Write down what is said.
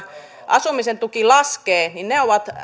asumisen tuki laskee että he ovat